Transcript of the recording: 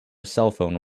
cellphone